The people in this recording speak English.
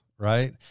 right